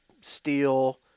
steel